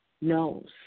knows